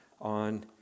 on